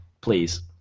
Please